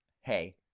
Hey